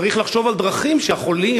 וצריך לחשוב על דברים שייעשו כדי שהחולים